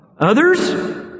Others